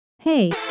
Hey